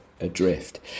adrift